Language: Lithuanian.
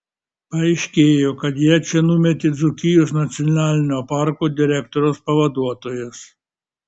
paaiškėjo kad ją čia numetė dzūkijos nacionalinio parko direktoriaus pavaduotojas